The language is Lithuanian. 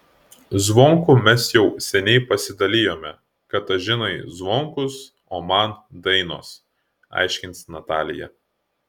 zvonkų mes jau seniai pasidalijome katažinai zvonkus o man dainos aiškins natalija